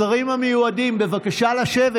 השרים המיועדים, בבקשה לשבת.